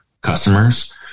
customers